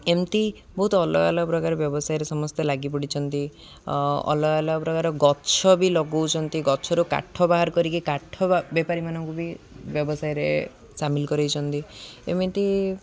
ଏମିତି ବହୁତ ଅଲଗା ଅଲଗା ପ୍ରକାର ବ୍ୟବସାୟରେ ସମସ୍ତେ ଲାଗି ପଡ଼ିଛନ୍ତି ଅଲଗା ଅଲଗା ପ୍ରକାର ଗଛ ବି ଲଗାଉଛନ୍ତି ଗଛରୁ କାଠ ବାହାର କରିକି କାଠ ବେପାରୀମାନଙ୍କୁ ବି ବ୍ୟବସାୟରେ ସାମିଲ କରେଇଛନ୍ତି ଏମିତି